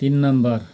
तिन नम्बर